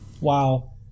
Wow